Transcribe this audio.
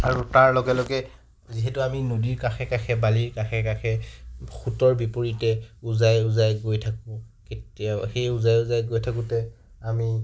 আৰু তাৰ লগে লগে যিহেতু আমি নদীৰ কাষে কাষে বালিৰ কাষে কাষে সোঁতৰ বিপৰীতে উজাই উজাই গৈ থাকো কেতিয়াবা সেই উজাই উজাই গৈ থাকোতে আমি